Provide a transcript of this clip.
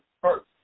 first